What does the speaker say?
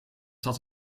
zat